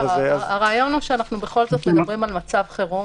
הרעיון הוא שאנחנו בכל זאת מדברים על מצב חירום,